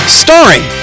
starring